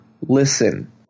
listen